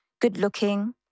good-looking